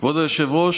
כבוד היושב-ראש,